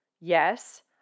Yes